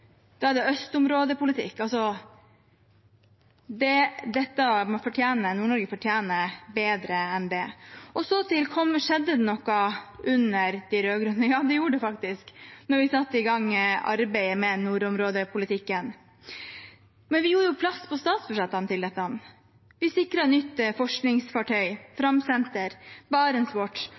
da er det østområdepolitikk. Nord-Norge fortjener bedre enn det. Så til om det skjedde noe under de rød-grønne. Ja, det gjorde det faktisk da vi satte i gang arbeidet med nordområdepolitikken. Man vi gjorde jo plass på statsbudsjettene til dette. Vi sikret nytt forskningsfartøy,